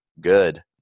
good